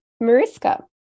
Mariska